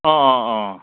অ' অ' অ'